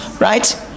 right